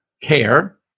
care